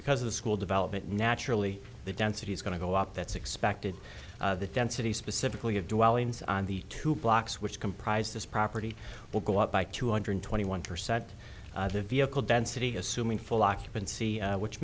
because of school development naturally the density is going to go up that's expected the density specifically of dwellings on the two blocks which comprise this property will go up by two hundred twenty one percent of the vehicle density assuming full occupancy which